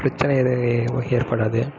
பிரச்சனை எதுவும் ஏற்படாது